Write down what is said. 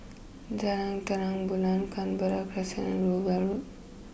Jalan Terang Bulan Canberra Crescent and Rowell Road